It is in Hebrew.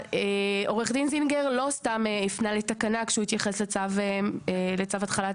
עורך דין זינגר לא סתם הפנה לתקנה כשהוא התייחס לאישור התחלת